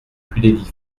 plus